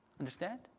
Understand